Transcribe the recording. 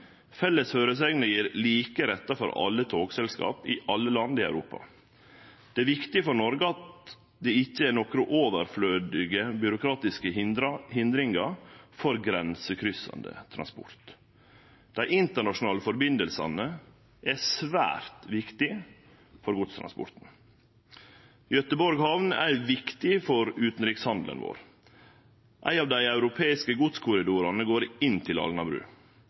Felles føresegner gjev like rettar for alle togselskap i alle land i Europa. Det er viktig for Noreg at det ikkje er nokre overflødige byråkratiske hindringar for grensekryssande transport. Dei internasjonale forbindelsane er svært viktige for godstransporten. Göteborg hamn er viktig for utanrikshandelen vår, ein av dei europeiske godskorridorane går inn til